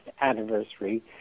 anniversary